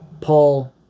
Paul